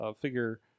figure